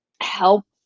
help